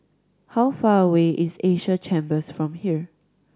how far away is Asia Chambers from here